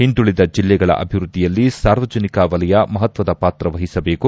ಒಂದುಳದ ಜಿಲ್ಲೆಗಳ ಅಭಿವೃದ್ದಿಯಲ್ಲಿ ಸಾರ್ವಜನಿಕ ವಲಯ ಮಹತ್ವದ ಪಾತ್ರವಹಿಸಬೇಕು